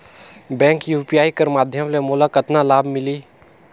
Bank UPI कर माध्यम ले मोला कतना लाभ मिली?